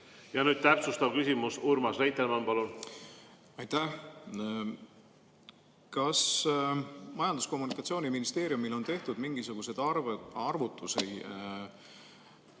Nüüd täpsustav küsimus. Urmas Reitelmann, palun! Aitäh! Kas Majandus- ja Kommunikatsiooniministeeriumil on tehtud mingisuguseid arvutusi,